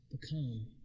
become